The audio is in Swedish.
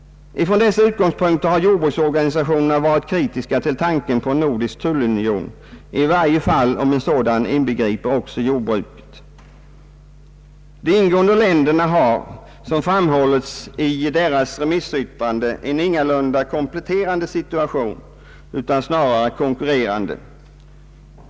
Ifrån dessa utgångspunkter har jordbruksorganisationerna varit kritiska till tanken på en nordisk tullunion, i varje fall om en sådan inbegriper jordbruket. De ingående länderna har, som framhållits i deras remissyttranden, ingalunda en kompletterande situation utan snarare en konkurrerande.